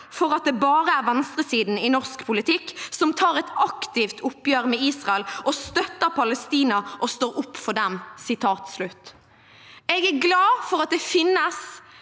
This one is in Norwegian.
over at det bare er venstresiden i norsk politikk som tar et aktivt oppgjør med Israel og støtter Palestina og står opp for dem. Jeg er glad for at det finnes